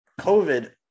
COVID